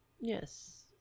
yes